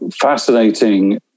fascinating